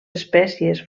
espècies